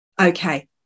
Okay